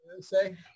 say